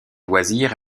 loisirs